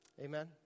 Amen